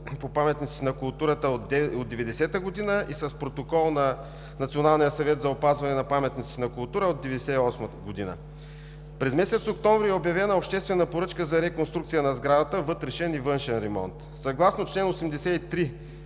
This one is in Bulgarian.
по паметниците на културата от 1990 г. и с протокол на Националния съвет за опазване на паметниците на културата от 1998 г. През месец октомври тази година е обявена обществена поръчка за реконструкция на сградата – вътрешен и външен ремонт. Съгласно чл. 83,